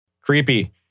Creepy